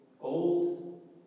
old